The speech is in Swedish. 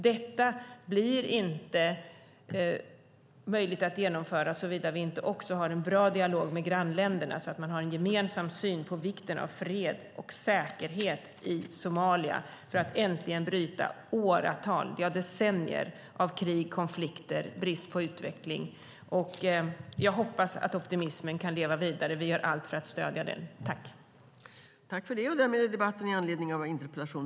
Detta blir inte möjligt att genomföra såvida vi inte har en bra dialog med grannländerna och får en gemensam syn på vikten av fred och säkerhet i Somalia för att äntligen bryta åratal, ja, decennier, av krig och konflikter och råda bot på brist på utveckling. Jag hoppas att optimismen kan leva vidare. Vi gör allt för att stödja den utvecklingen.